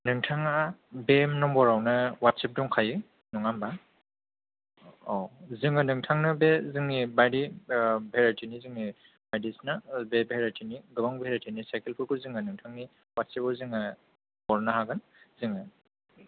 नोंथाङा बे नाम्बारावनो वाट्सएप दंखायो नङा होमबा औ जोङो नोंथांनो बे जोंनि बायदि भेराइटिनि जोंनि बायदिसिना बे भेराइटिनि गोबां भेराइटिनि साइकेल फोरखौ जोङो नोंथांनि वाट्सएपआव जोङो हरनो हागोन जोङो